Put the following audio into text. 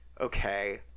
okay